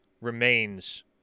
remains